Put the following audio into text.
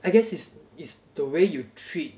I guess it's it's the way you treat